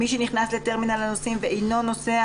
מי שנכנס לטרמינל הנוסעים ואינו נוסע